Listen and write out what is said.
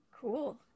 Cool